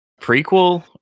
prequel